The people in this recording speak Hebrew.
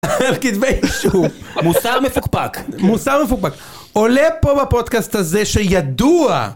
על כתבי אשום, - מוסר מפוקפק. - מוסר מפוקפק, עולה פה בפודקאסט הזה שידוע.